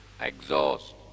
exhaust